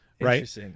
right